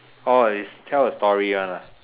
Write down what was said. orh is tell a story one ah